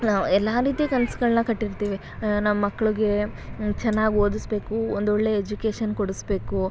ನಾವು ಎಲ್ಲ ರೀತಿ ಕನಸ್ಗಳ್ನ ಕಟ್ಟಿರ್ತೀವಿ ನಮ್ಮ ಮಕ್ಳಿಗೆ ಚೆನ್ನಾಗಿ ಓದಿಸ್ಬೇಕು ಒಂದೊಳ್ಳೆ ಎಜುಕೇಶನ್ ಕೊಡಿಸ್ಬೇಕು